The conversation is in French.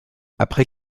après